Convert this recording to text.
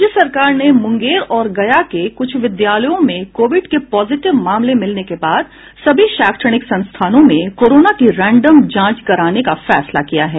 राज्य सरकार ने मुंगेर और गया के कुछ विद्यालयों में कोविड के पॉजिटिव मामले मिलने के बाद सभी शैक्षणिक संस्थानों में कोरोना की रैंडम जांच कराने का फैसला किया है